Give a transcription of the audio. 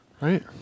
Right